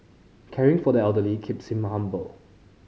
caring for the elderly keeps him humble